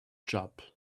job